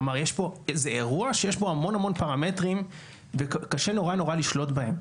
זה אירוע שיש בו המון המון פרמטרים וקשה נורא נורא לשלוט בהם.